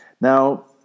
Now